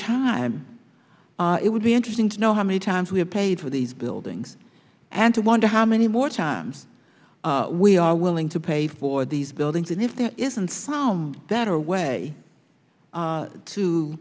time it would be interesting to know how many times we have paid for these buildings and to wonder how many more times we are willing to pay for these buildings and if there isn't foam that are way